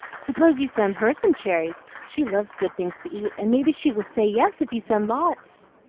s'pose you send her some cherries she loves good things to eat, and maybe she will say yes, if you send lots.